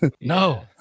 No